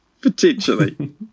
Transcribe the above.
Potentially